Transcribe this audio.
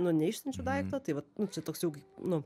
nu neišsiunčiu daikto tai vat nu toks jau nu